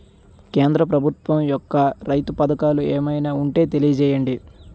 కేంద్ర ప్రభుత్వం యెక్క రైతు పథకాలు ఏమైనా ఉంటే తెలియజేయండి?